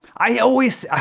i always